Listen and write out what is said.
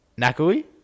Nakui